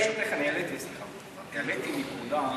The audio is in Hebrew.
העליתי נקודה,